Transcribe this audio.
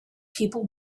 people